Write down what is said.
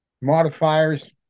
modifiers